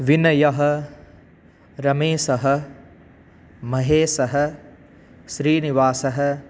विनयः रमेशः महेशः श्रीनिवासः